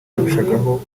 yarushagaho